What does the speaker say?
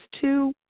two